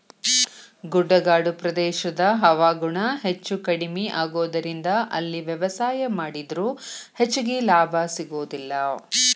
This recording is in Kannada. ಗುಡ್ಡಗಾಡು ಪ್ರದೇಶದ ಹವಾಗುಣ ಹೆಚ್ಚುಕಡಿಮಿ ಆಗೋದರಿಂದ ಅಲ್ಲಿ ವ್ಯವಸಾಯ ಮಾಡಿದ್ರು ಹೆಚ್ಚಗಿ ಲಾಭ ಸಿಗೋದಿಲ್ಲ